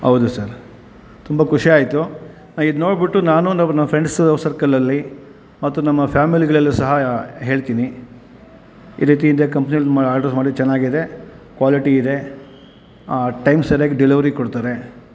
ಹೌದು ಸರ್ ತುಂಬ ಖುಷಿ ಆಯಿತು ಇದು ನೋಡ್ಬಿಟ್ಟು ನಾನು ನಮ್ಮ ನಮ್ಮ ಫ್ರೆಂಡ್ಸು ಸರ್ಕಲಲ್ಲಿ ಮತ್ತು ನಮ್ಮ ಫ್ಯಾಮಿಲಿಗಳಲ್ಲೂ ಸಹ ಹೇಳ್ತೀನಿ ಈ ರೀತಿ ಇದೆ ಕಂಪ್ನಿಯಲ್ಲಿ ಮ್ ಆರ್ಡ್ರಸ್ ಮಾಡಿ ಚೆನ್ನಾಗಿದೆ ಕ್ವಾಲಿಟಿ ಇದೆ ಟೈಮ್ಗೆ ಸರಿಯಾಗಿ ಡೆಲವರಿ ಕೊಡ್ತಾರೆ